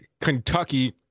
Kentucky